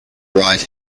right